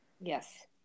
Yes